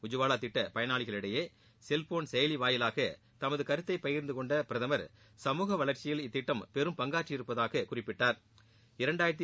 உஜ்வாலா திட்ட பயனாளிகளிடையே செல்போன் செயலி வாயிலாக தமது கருத்தை பகிர்ந்து கொண்ட பிரதமா் சமூக வளா்ச்சியில் இத்திட்டம் பெரும்பங்காற்றி இருப்பதாக குறிப்பிட்டாா்